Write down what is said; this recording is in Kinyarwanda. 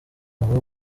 aho